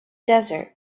desert